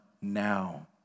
now